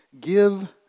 give